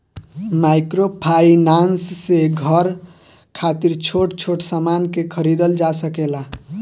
microfinance से घर खातिर छोट छोट सामान के खरीदल जा सकेला